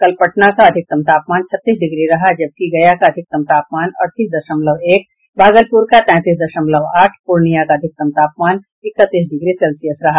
कल पटना का अधिकतम तापमान छत्तीस डिग्री रहा जबकि गया का अधिकतम तापमान अड़तीस दशमलव एक भागलपुर का तैंतीस दशमलव आठ और पूर्णिया का अधिकतम तापमान इकतीस डिग्री सेल्सियस रहा